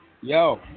Yo